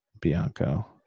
Bianco